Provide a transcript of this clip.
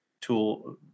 tool